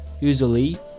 Usually